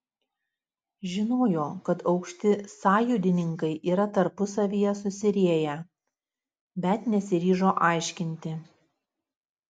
žinojo kad aukšti sąjūdininkai yra tarpusavyje susirieję bet nesiryžo aiškinti